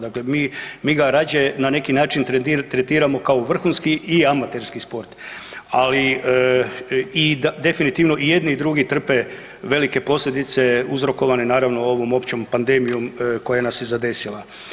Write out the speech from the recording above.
Dakle, mi, mi ga rađe na neki način tretiramo kao vrhunski i amaterski sport, ali definitivno i jedni i drugi trpe velike posljedice uzrokovane naravno ovom općom pandemijom koja nas je zadesila.